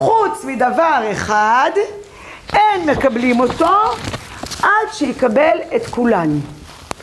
חוץ מדבר אחד, אין מקבלים אותו, עד שיקבל את כולן.